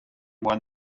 won